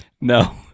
No